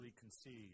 conceived